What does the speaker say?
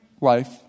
life